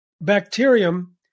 bacterium